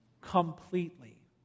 completely